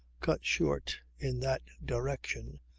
cut short in that direction,